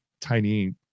tiny